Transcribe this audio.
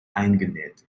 eingenäht